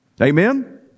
Amen